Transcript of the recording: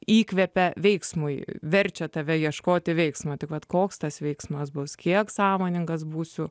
įkvepia veiksmui verčia tave ieškoti veiksmo tik vat koks tas veiksmas bus kiek sąmoningas būsiu